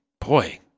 Boy